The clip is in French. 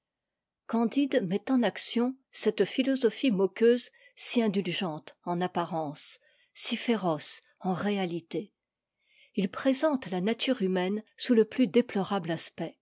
candide met en action cette philosophie moqueuse si indulgente en apparence si féroce en réalité il présente la nature humaine sous le plus déplorable aspect